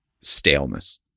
staleness